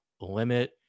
limit